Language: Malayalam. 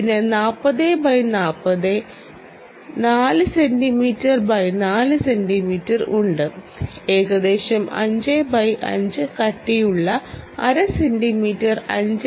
ഇതിന് 40 x 40 4സെന്റിമീറ്റർ x 4 സെന്റിമീറ്റർ ഉണ്ട് ഏകദേശം 5x5 കട്ടിയുള്ള അര സെന്റിമീറ്റർ 5